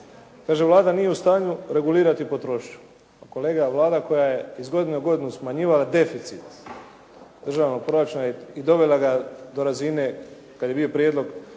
Kaže, Vlada nije u stanju regulirati potrošnju. Pa kolega, Vlada koja je iz godine u godinu smanjivala deficit državnog proračuna i dovela ga do razine kad je bio prijedlog